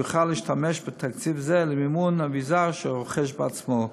והוא יוכל להשתמש בתקציב זה למימון האביזר שהוא רוכש בעצמו.